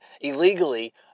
illegally